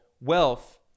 wealth